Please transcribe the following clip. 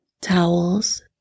towels